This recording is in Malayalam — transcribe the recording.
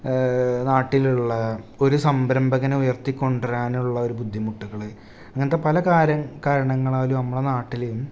നാട്ടിലുള്ള ഒരു സരംഭകനെ ഉയർത്തിക്കൊണ്ടു വരാനുള്ള ഒരു ബുദ്ധിമുട്ടുകൾ അങ്ങനത്തെ പല കാര്യ കാരണങ്ങളാലും നമ്മളുടെ നാട്ടിൽ